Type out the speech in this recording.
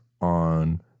on